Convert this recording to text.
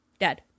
dead